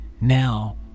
now